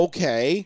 Okay